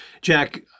Jack